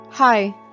hi